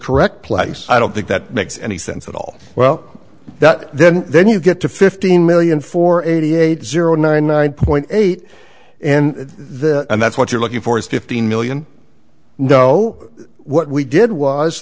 correct place i don't think that makes any sense at all well that then then you get to fifteen million for eighty eight zero nine nine point eight and the and that's what you're looking for is fifteen million know what we did was